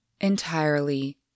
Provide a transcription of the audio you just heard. entirely